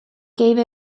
cave